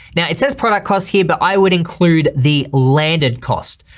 now it says product costs here but i would include the landed cost.